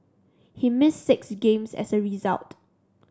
he missed six games as a result